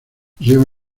lleva